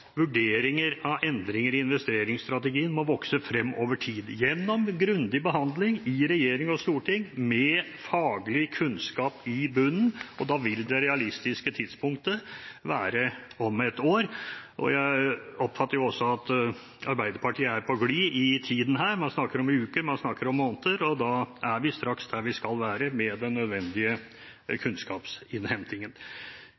vurderinger av endringer i investeringsstrategien må vokse frem over tid, gjennom grundig behandling i regjering og storting, med faglig kunnskap i bunnen, og da vil det realistiske tidspunktet være om ett år. Jeg oppfatter at også Arbeiderpartiet er på glid her når det gjelder tiden – man snakker om uker, man snakker om måneder – og da er vi straks der vi skal være, med den nødvendige